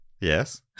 Yes